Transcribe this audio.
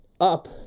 up